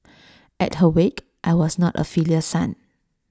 at her wake I was not A filial son